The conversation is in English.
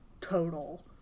total